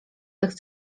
tych